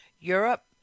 Europe